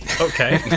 Okay